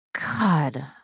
God